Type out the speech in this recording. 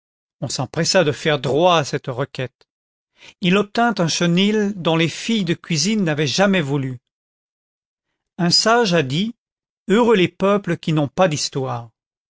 on s'empressa de faire droit à sa requête il obtint un chenil dont les filles de cuisine n'avaient jamais voulu un sage a dit heureux les peuples qui n'ont pas d'histoire